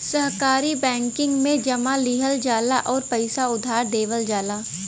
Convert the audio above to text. सहकारी बैंकिंग में जमा लिहल जाला आउर पइसा उधार देवल जाला